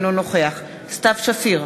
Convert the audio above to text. אינו נוכח סתיו שפיר,